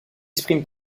exprime